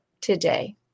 today